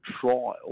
trial